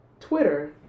twitter